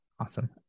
Awesome